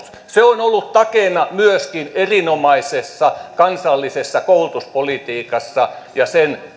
se on ollut takeena myöskin erinomaisessa kansallisessa koulutuspolitiikassa ja